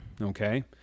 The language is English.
Okay